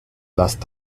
last